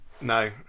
No